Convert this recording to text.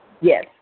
yes